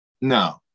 No